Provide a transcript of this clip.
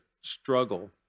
struggle